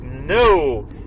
No